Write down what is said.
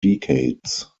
decades